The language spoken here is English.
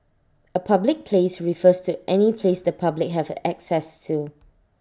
A public place refers to any place the public have access to